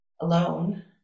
alone